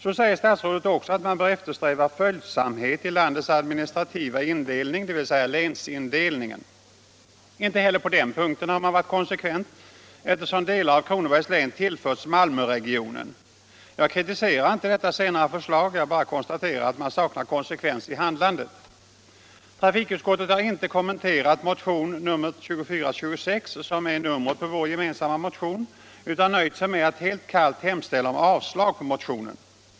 Så säger statsrådet också att man bör eftersträva följsamhet i förhållande till landets administrativa indelning, dvs. länsindelning. Inte heller på den punkten har man varit konsekvent eftersom delar av Kronobergs län tillförts Malmöregionen. Jag kritiserar inte detta senare förslag, jag bara konstaterar att det saknas konsekvens i handlandet. Trafikutskottet har inte kommenterat motion nr 2426, som är numret på vår gemensamma motion, utan nöjt sig med att helt kallt hemställa om avslag på motionen.